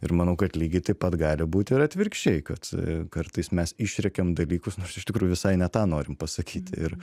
ir manau kad lygiai taip pat gali būti ir atvirkščiai kad kartais mes išrėkiam dalykus nors iš tikrųjų visai ne tą norim pasakyti ir